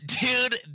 Dude